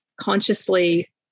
consciously